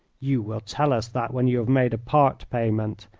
you will tell us that when you have made a part payment,